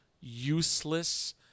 useless